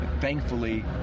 thankfully